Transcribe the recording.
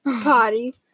Potty